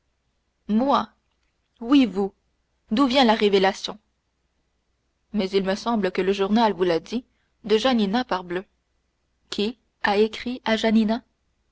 moi oui vous d'où vient la révélation mais il me semble que le journal vous l'a dit de janina parbleu qui a écrit à